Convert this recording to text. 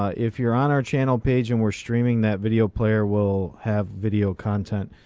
if you're on our channel page and we're streaming that video player, we'll have video content.